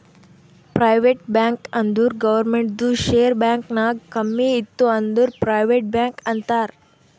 private bank ಅಂದುರ್ ಗೌರ್ಮೆಂಟ್ದು share bank ನಾಗ್ ಕಮ್ಮಿ ಇತ್ತು ಅಂದುರ್ ಪ್ರೈವೇಟ್ ಬ್ಯಾಂಕ್ ಅಂತಾರ್